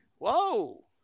whoa